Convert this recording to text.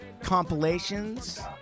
compilations